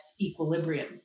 equilibrium